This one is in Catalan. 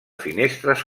finestres